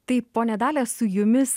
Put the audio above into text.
taip ponia dalia su jumis